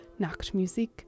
Nachtmusik